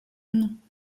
non